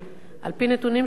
על-פי נתונים שבידי,